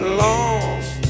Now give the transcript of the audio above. lost